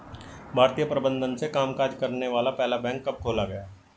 भारतीय प्रबंधन से कामकाज करने वाला पहला बैंक कब खोला गया?